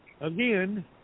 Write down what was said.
again